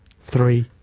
three